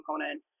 component